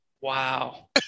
Wow